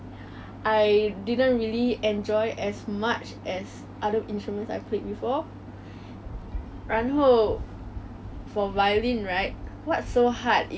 每一天就放就很痛然后我我回家的时候 I get like sores on my collarbone and